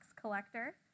collector